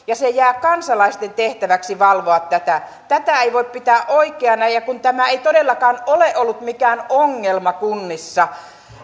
ja jää kansalaisten tehtäväksi valvoa tätä tätä ei voi pitää oikeana ja tämä ei todellakaan ole ollut mikään ongelma kunnissa